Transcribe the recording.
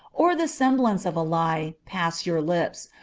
or the semblance of a lie, pass your lips,